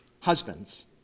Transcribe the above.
Husbands